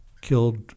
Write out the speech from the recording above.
killed